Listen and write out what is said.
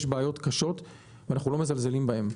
יש בעיות קשות ואנחנו לא מזלזלים בהן.